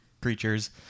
creatures